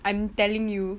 I'm telling you